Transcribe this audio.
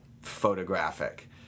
photographic